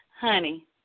Honey